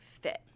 fit